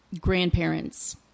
grandparents